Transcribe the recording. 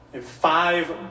Five